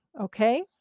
okay